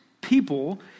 people